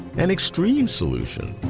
an extreme solution,